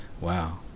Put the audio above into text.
Wow